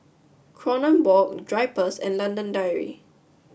Kronenbourg Drypers and London Dairy